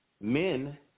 men